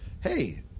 hey